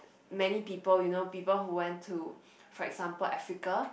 many people you know people who went to for example Africa